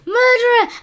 murderer